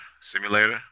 simulator